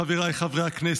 חבריי חברי הכנסת,